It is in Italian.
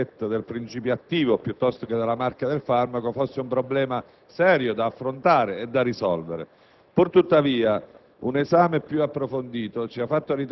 della indicazione nella ricetta del principio attivo piuttosto che della marca del farmaco, fosse serio e da affrontare e risolvere. Pur tuttavia,